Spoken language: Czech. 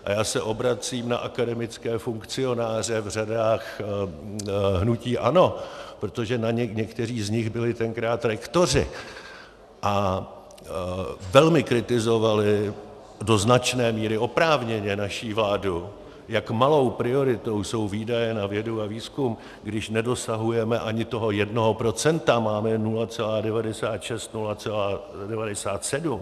A já se obracím na akademické funkcionáře v řadách hnutí ANO, protože někteří z nich byli tenkrát rektoři, a velmi kritizovali, do značné míry oprávněně, naši vládu, jak malou prioritou jsou výdaje na vědu a výzkum, když nedosahujeme ani toho jednoho procenta, máme 0,96, 0,97.